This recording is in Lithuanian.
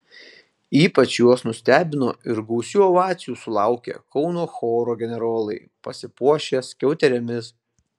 ypač juos nustebino ir gausių ovacijų sulaukė kauno choro generolai pasipuošę skiauterėmis